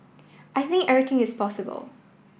I think everything is possible